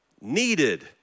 needed